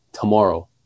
tomorrow